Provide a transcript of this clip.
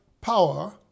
power